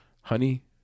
Honey